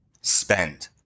spend